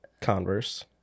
Converse